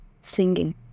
singing